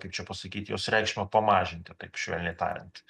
kaip čia pasakyt jos reikšmę pamažinti taip švelniai tariant